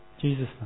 Jesus